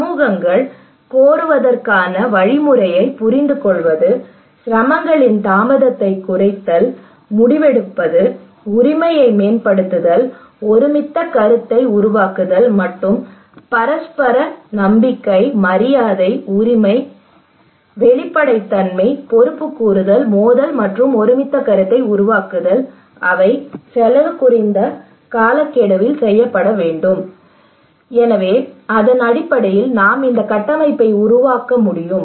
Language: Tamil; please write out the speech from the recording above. சமூகங்கள் கோருவதற்கான வழிமுறையைப் புரிந்துகொள்வது சிரமங்களின் தாமதத்தைக் குறைத்தல் முடிவெடுப்பது உரிமையை மேம்படுத்துதல் ஒருமித்த கருத்தை உருவாக்குதல் மற்றும் பரஸ்பர நம்பிக்கை மரியாதை உரிமை வெளிப்படைத்தன்மை பொறுப்புக்கூறல் மோதல் மற்றும் ஒருமித்த கருத்தை உருவாக்குதல் அவை செலவு குறைந்த காலக்கெடுவில் செய்யப்பட வேண்டும் எனவே அதன் அடிப்படையில் நாம் இந்த கட்டமைப்பை உருவாக்க முடியும்